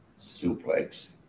suplex